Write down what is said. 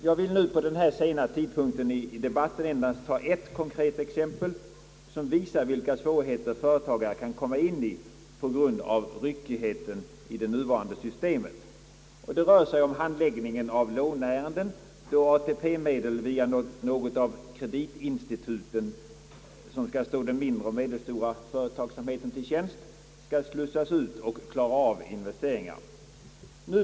Jag vill vid denna sena tidpunkt i debatten endast ta ett konkret exempel, som visar vilka svårigheter företagare kan komma i på grund av ryckigheten i det nuvarande systemet. Det rör sig om handläggningen av låneärenden då ATP-medel via något av kreditinstituten, som skall stå den mindre och medelstora företagsamheten till tjänst, skall slussas ut och klara av investeringar.